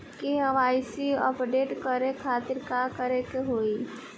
KYC update करे के खातिर का करे के होई?